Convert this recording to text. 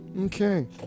Okay